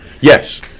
Yes